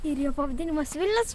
ir jo pavadinimas vilnius